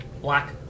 black